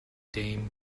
dame